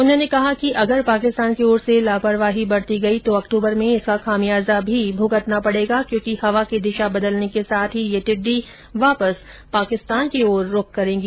उन्होंने कहा कि अगर पाकिस्तान की ओर से लापरवाही बरती गई तो अक्टूबर में इसका खामियाजा भी भुगततना पडेगा क्योंकि हवा की दिशा बदलने के साथ ही ये टिड़डी वापस पाकिस्तान की ओर रूख करेगी